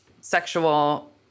sexual